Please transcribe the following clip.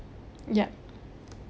yup